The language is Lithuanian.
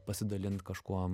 pasidalint kažkuom